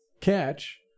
catch –